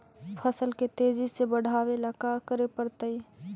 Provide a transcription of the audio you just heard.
फसल के तेजी से बढ़ावेला का करे पड़तई?